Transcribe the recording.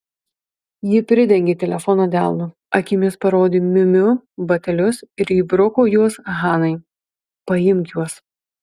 ji pridengė telefoną delnu akimis parodė miu miu batelius ir įbruko juos hanai paimk juos